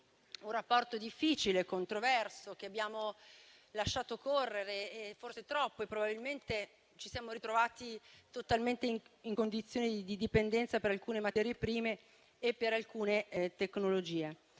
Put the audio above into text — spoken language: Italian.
un rapporto difficile, controverso, che abbiamo lasciato correre forse troppo. Ci siamo ritrovati totalmente in condizioni di dipendenza per alcune materie prime e per alcune tecnologie.